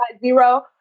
zero